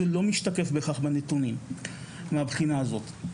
זה לא משתקף בנתונים מהבחינה הזאת,